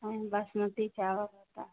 वहीं बासमती चावल होता है